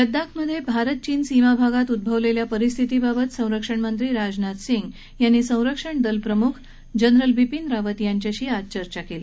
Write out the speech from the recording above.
लद्दाखमधे भारत चीन सीमाभागात उद्भवलेल्या परिस्थितीबाबत संरक्षणमंत्री राजनाथ सिंग यांनी संरक्षण दल प्रमुख जनरल बिपिन रावत यांच्याशी चर्चा केली